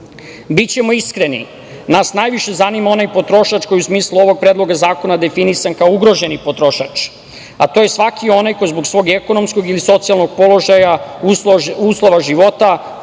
iskreni, nas najviše zanima onaj potrošač koji je u smislu ovog Predloga zakona definisan kao ugroženi potrošač, a to je svaki onaj koji zbog svog ekonomskog i socijalnog položaja, uslova života, posebnih